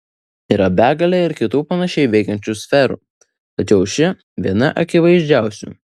yra begalė ir kitų panašiai veikiančių sferų tačiau ši viena akivaizdžiausių